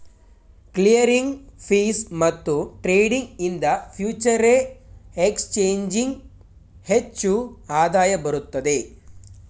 clearing fees ಮತ್ತು trading ಇಂದ future exchanging ಹೆಚ್ಚು ಆದಾಯ ಬರುತ್ತದೆ